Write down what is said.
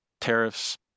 tariffs